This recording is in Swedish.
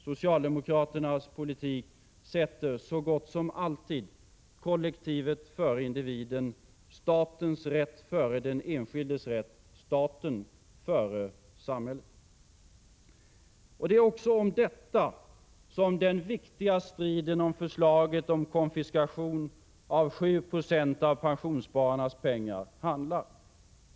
Socialdemokraternas politik sätter så gott som alltid kollektivet före individen, statens rätt före den enskildes rätt, staten före samhället. Och det är också om detta som den viktiga striden om förslaget om konfiskation av 7 26 av pensionsspararnas pengar handlar.